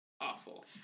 awful